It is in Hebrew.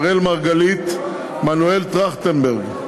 אראל מרגלית ומנואל טרכטנברג.